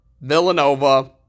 Villanova